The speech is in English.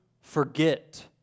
forget